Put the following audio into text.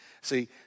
See